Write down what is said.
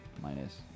minus